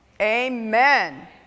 Amen